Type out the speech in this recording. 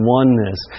oneness